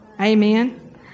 Amen